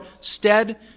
stead